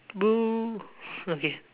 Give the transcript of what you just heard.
boo okay